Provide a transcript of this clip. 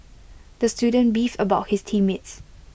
the student beefed about his team mates